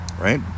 right